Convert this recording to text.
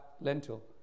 lentil